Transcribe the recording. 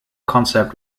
concept